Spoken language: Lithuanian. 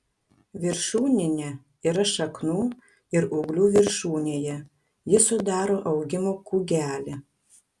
viršūninė yra šaknų ir ūglių viršūnėje ji sudaro augimo kūgelį